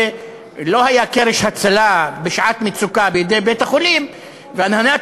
לא היה קרש הצלה בשעת מצוקה לבית-החולים והנהלת